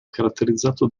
caratterizzato